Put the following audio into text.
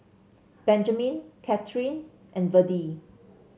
Benjamin Kathyrn and Verdie